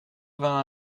vingt